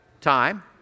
time